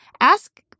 ask